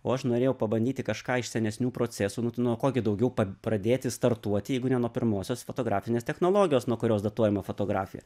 o aš norėjau pabandyti kažką iš senesnių procesų nu tai nuo ko gi daugiau pa pradėti startuoti jeigu ne nuo pirmosios fotografinės technologijos nuo kurios datuojama fotografija